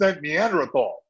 Neanderthal